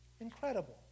Incredible